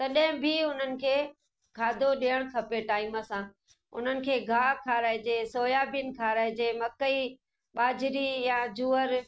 तॾहिं बि उन्हनि खे खाधो ॾियणु खपे टाइम सां उन्हनि खे ॻाहि खाराइजे सोयाबीन खाराइजे मकई ॿाजरी या ज्वर